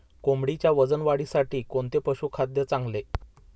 कोंबडीच्या वजन वाढीसाठी कोणते पशुखाद्य चांगले?